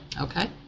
Okay